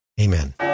Amen